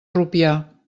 rupià